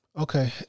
Okay